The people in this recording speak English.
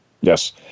Yes